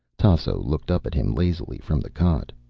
tasso looked up at him lazily from the cot.